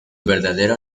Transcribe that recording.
verdadero